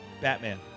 Batman